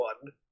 one